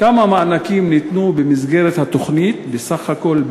2. כמה מענקים ניתנו במסגרת התוכנית בסך הכול,